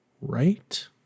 right